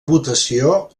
votació